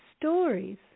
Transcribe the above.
stories